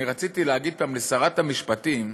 אני רציתי להגיד גם לשרת המשפטים,